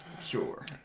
Sure